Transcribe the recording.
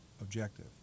objective